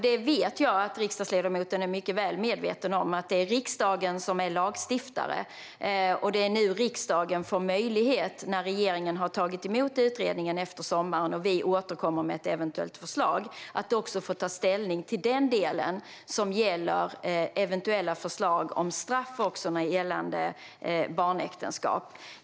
Jag vet att riksdagsledamoten är mycket väl medveten om att det är riksdagen som är lagstiftare. När regeringen efter sommaren har tagit emot utredningen och återkommer med ett eventuellt förslag får riksdagen möjlighet att ta ställning till den del som rör eventuella förslag om straff gällande barnäktenskap.